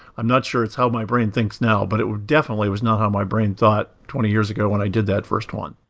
i'm not sure it's how my brain thinks now, but it definitely was not how my brain thought twenty years ago when i did that first one.